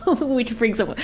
which brings up.